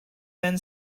been